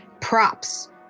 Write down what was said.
props